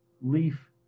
leaf